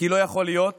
כי לא יכול להיות